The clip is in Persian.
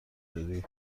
دادی